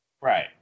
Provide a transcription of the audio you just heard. Right